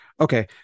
Okay